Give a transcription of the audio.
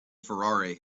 ferrari